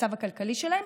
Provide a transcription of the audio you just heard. למצב הכלכלי שלהם.